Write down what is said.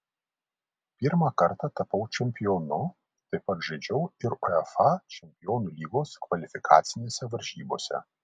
pirmą kartą tapau čempionu taip pat žaidžiau ir uefa čempionų lygos kvalifikacinėse varžybose